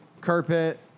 carpet